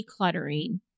decluttering